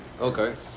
Okay